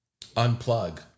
unplug